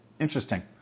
Interesting